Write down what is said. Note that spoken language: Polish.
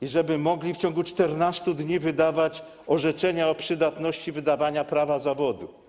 i by mogli w ciągu 14 dni wydawać orzeczenia o przydatności wydawania prawa wykonywania zawodu.